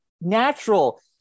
natural